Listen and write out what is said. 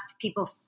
people